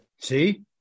See